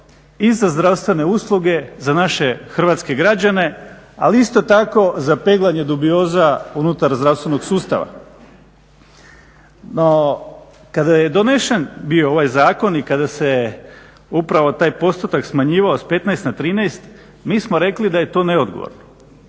i za zdravstvene usluge, za naše hrvatske građane, ali isto tako za peglanje dubioza unutar zdravstvenog sustava. No kada je donesen bio ovaj zakon i kada se upravo taj postotak smanjivao s 15 na 13, mi smo rekli da je to neodgovorno